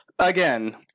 Again